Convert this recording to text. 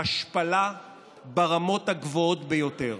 השפלה ברמות הגבוהות ביותר.